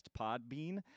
Podbean